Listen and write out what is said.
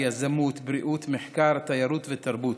יזמות, בריאות, מחקר, תיירות ותרבות.